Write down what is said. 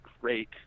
great